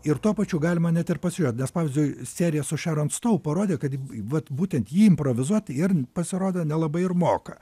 ir tuo pačiu galima net ir pasijuokt nes pavyzdžiui serija su šeron stau parodė kad vat būtent ji improvizuot ir pasirodo nelabai ir moka